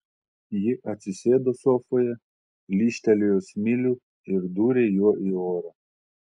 ji atsisėdo sofoje lyžtelėjo smilių ir dūrė juo į orą